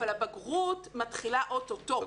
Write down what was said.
אבל הבגרות מתחילה אוטוטו.